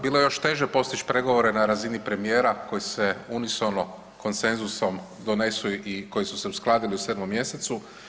Bilo je još teže postić pregovore na razini premijera koji se unisono konsenzusom donesu i koji su se uskladili u 7. mjesecu.